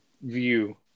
view